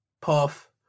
Puff